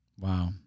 Wow